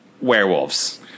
werewolves